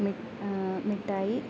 മിഠായി